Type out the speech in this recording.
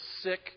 sick